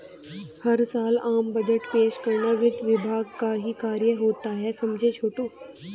हर साल आम बजट पेश करना वित्त विभाग का ही कार्य होता है समझे छोटू